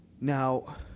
now